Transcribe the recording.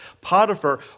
Potiphar